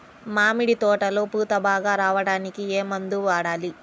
మామిడి తోటలో పూత బాగా రావడానికి ఏ మందు వాడాలి?